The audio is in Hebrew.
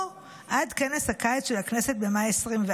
או עד כנס הקיץ של הכנסת במאי 2024,